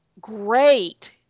great